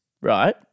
right